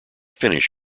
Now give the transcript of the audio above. finish